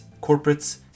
corporates